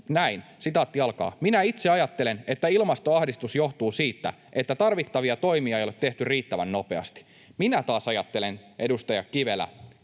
näin: ”Minä itse ajattelen, että ilmastoahdistus johtuu siitä, että tarvittavia toimia ei ole tehty riittävän nopeasti.” Minä taas ajattelen, edustaja Kivelä,